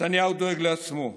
נתניהו דואג לעצמו.